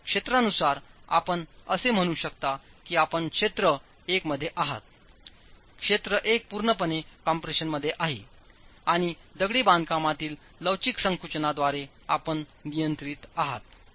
तर क्षेत्रानुसार आपण असे म्हणूशकताकीआपण क्षेत्र 1 मध्ये आहात क्षेत्र 1 पूर्णपणे कम्प्रेशनमध्ये आहे आणि दगडी बांधकामातील लवचिक संकुचना द्वारे आपण नियंत्रित आहात